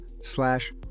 slash